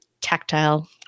tactile